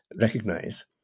recognize